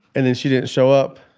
and then she didn't show up.